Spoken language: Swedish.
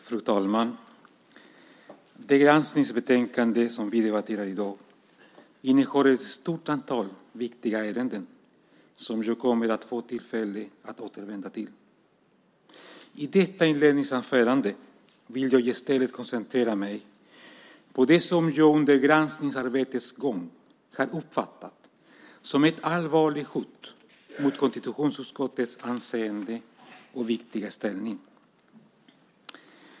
Fru talman! Det granskningsbetänkande vi debatterar i dag innehåller ett stort antal viktiga ärenden som jag kommer att få tillfälle att återvända till. I detta inledningsanförande vill jag i stället koncentrera mig på det som jag under granskningsarbetets gång har uppfattat som ett allvarligt hot mot konstitutionsutskottets anseende och viktiga ställning.